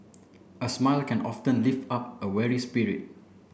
a smile can often lift up a weary spirit